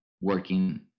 working